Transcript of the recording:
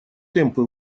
темпы